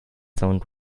zoned